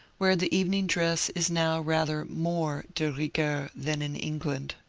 where the evening dress is now rather more d rigueur than in england.